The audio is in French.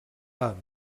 pas